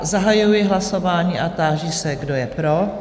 Zahajuji hlasování a táži se, kdo je pro?